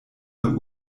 der